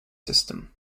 system